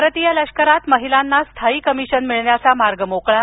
भारतीय लष्करात महिलांना स्थायी कमिशन मिळण्याचा मार्ग मोकळा